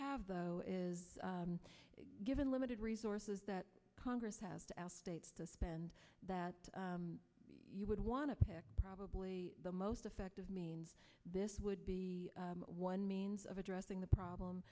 have though is given limited resources that congress have to ask states to spend that you would want to pick probably the most effective means this would be one means of addressing the problem